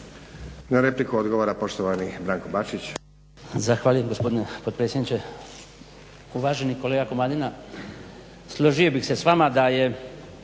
Na repliku odgovara poštovani Branko Bačić.